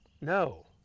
No